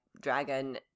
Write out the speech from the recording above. dragon